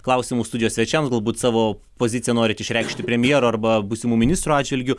klausimų studijos svečiams galbūt savo poziciją norit išreikšti premjero arba būsimų ministrų atžvilgiu